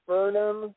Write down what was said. Burnham